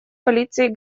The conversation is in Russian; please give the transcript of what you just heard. полиции